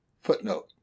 Footnote